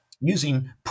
using